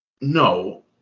No